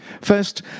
First